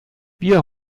wir